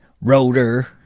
rotor